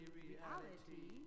reality